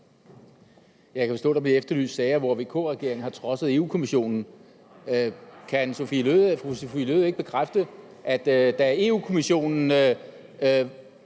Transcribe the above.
Jeg kan forstå, at der bliver efterlyst sager, hvor VK-regeringen har trodset Europa-Kommissionen. Kan fru Sophie Løhde ikke bekræfte, at da Europa-Kommissionen